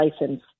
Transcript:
license